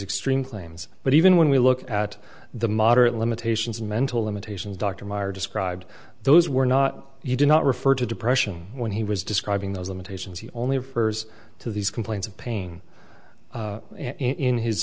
extreme claims but even when we look at the moderate limitations of mental limitations dr meyer described those were not he did not refer to depression when he was describing those limitations he only refers to these complaints of pain in his